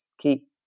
Keep